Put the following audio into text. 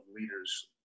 leaders